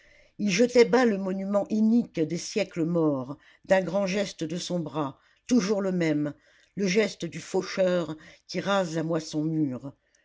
il jetait bas le monument inique des siècles morts d'un grand geste de son bras toujours le même le geste du faucheur qui rase la moisson mûre